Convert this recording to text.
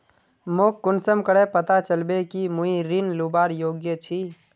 मोक कुंसम करे पता चलबे कि मुई ऋण लुबार योग्य छी?